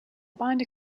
binder